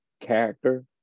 character